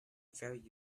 very